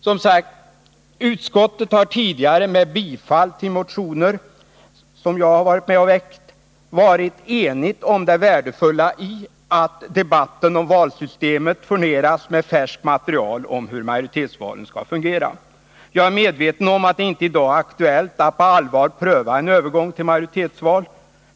Som sagt: Utskottet har tidigare — med bifall till motioner som jag varit med om att väcka — varit enigt om det värdefulla i att debatten om valsystemet furneras med färskt material om hur majoritetsvalen skulle fungera. Jag är medveten om att det inte i dag är aktuellt att på allvar pröva en övergång till majoritetsval.